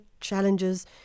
challenges